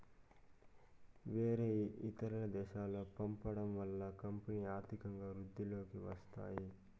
వేరే ఇతర దేశాలకు పంపడం వల్ల కంపెనీలో ఆర్థికంగా వృద్ధిలోకి వస్తాయి